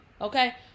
okay